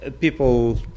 people